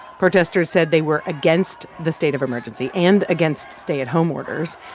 protesters said they were against the state of emergency and against stay-at-home orders.